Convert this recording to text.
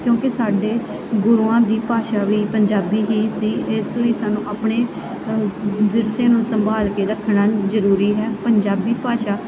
ਕਿਉਂਕਿ ਸਾਡੇ ਗੁਰੂਆਂ ਦੀ ਭਾਸ਼ਾ ਵੀ ਪੰਜਾਬੀ ਹੀ ਸੀ ਇਸ ਲਈ ਸਾਨੂੰ ਆਪਣੇ ਵਿਰਸੇ ਨੂੰ ਸੰਭਾਲ ਕੇ ਰੱਖਣਾ ਜ਼ਰੂਰੀ ਹੈ ਪੰਜਾਬੀ ਭਾਸ਼ਾ